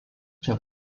čia